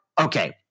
Okay